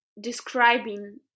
describing